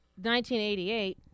1988